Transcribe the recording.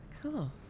Cool